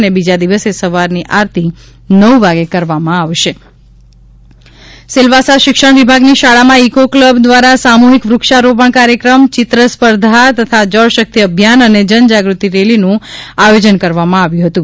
અને બીજા દિવસે સવાર ની આરતી નવ વાગે કરવામાં આવશે સેલવાસા શિક્ષણ વિભાગની શાળામાં ઇકોકેબલ દ્વારા સામૂહીક વૃક્ષારોપણ કાર્યક્રમ ચિત્ર સ્પર્ધા તથા જળ શક્તિ અભિયાન જનજાગ્રતિ રેલીનું આયોજન કરવામાં આવ્યું હતું